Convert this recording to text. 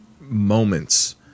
moments